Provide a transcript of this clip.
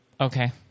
okay